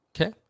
okay